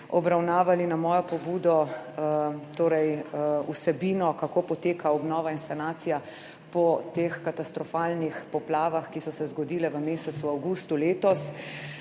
obravnavali na mojo pobudo vsebino, kako poteka obnova in sanacija po teh katastrofalnih poplavah, ki so se zgodile v mesecu avgustu letos.